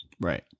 Right